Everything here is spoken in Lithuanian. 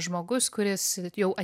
žmogus kuris jau